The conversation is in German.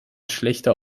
schlechter